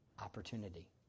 Opportunity